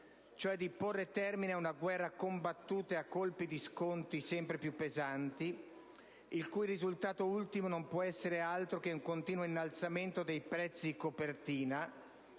legge: porre termine ad una guerra combattuta a colpi di sconti sempre più pesanti, il cui risultato ultimo non può essere altro che un continuo innalzamento dei prezzi di copertina,